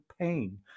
pain